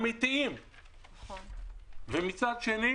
ומצד שני